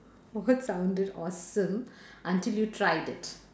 what sounded awesome until you tried it